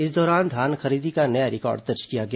इस दौरान धान खरीदी का नया रिकॉर्ड दर्ज किया गया